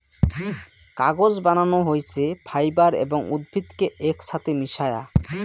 কাগজ বানানো হইছে ফাইবার এবং উদ্ভিদ কে একছাথে মিশায়া